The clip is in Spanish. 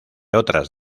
otras